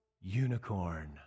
unicorn